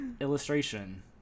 illustration